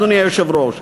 אדוני היושב-ראש.